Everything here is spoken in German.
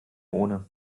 ohne